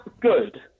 good